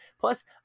Plus